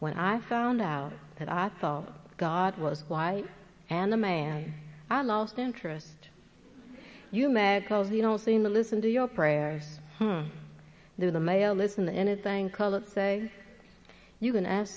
when i found out that i thought god was white and the man i lost interest you mad cause you don't seem to listen to your prayer do the male listen to anything call it say you can as